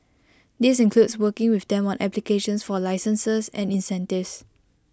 this includes working with them on applications for licenses and incentives